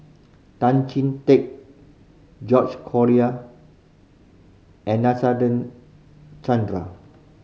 Tan Chee Teck George Collyer and Chandra